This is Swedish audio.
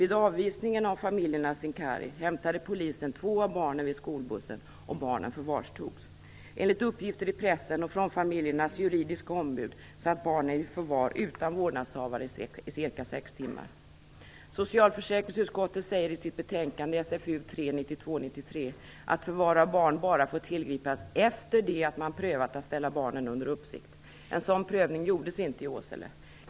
Vid avvisningen av familjerna Sincari hämtade polisen två av barnen vid skolbussen, och barnen förvarstogs. Enligt uppgifter i pressen och från familjernas juridiska ombud satt barnen i förvar utan vårdnadshavare i cirka sex timmar. 1992/93:SfU3 att förvar av barn bara får tillgripas efter det att man prövat att ställa barnet under uppsikt.